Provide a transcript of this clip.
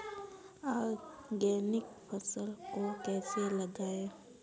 Organic फसल को कैसे उगाएँ?